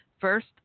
First